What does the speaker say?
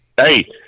Hey